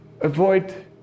Avoid